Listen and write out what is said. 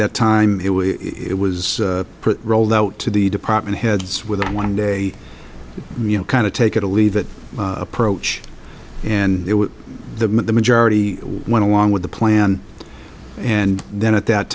that time it was put rolled out to the department heads with a one day you know kind of take it or leave it approach and it was the majority when along with the plan and then at that